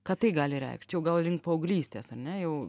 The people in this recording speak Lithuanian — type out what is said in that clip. ką tai gali reikšt čia jau gal link paauglystės ar ne jau